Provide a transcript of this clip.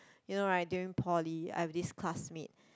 you know right during poly I have this classmate